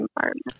environment